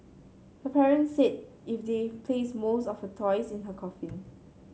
her parents said if they placed most of her toys in her coffin